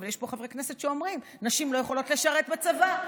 אבל יש חברי כנסת שאומרים: נשים לא יכולות לשרת בצבא,